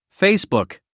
Facebook